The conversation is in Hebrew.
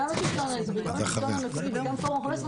גם השלטון המקומי וגם פורום 15,